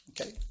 Okay